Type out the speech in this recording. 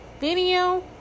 video